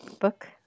book